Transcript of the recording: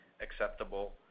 acceptable